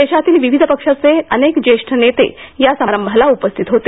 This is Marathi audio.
देशातील विविध पक्षाचे अनेक ज्येष्ठ नेते समारंभाला उपस्थित होते